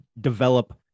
develop